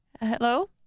Hello